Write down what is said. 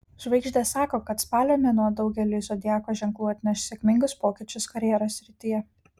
žvaigždės sako kad spalio mėnuo daugeliui zodiako ženklų atneš sėkmingus pokyčius karjeros srityje